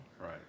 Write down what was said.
Right